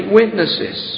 witnesses